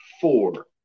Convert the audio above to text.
four